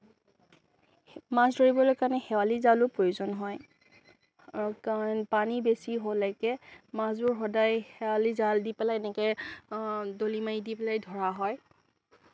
মাছ ধৰিবলৈ কাৰণে শেৱালীজালো প্ৰয়োজন হয় আৰু কাৰণ পানী বেছি হ'লে মাছবোৰ সদায় শেৱালী জাল দি পেলাই এনেকে দলি মাৰি দি পেলাই ধৰা হয়